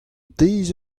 deiz